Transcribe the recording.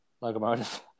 locomotive